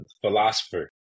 philosopher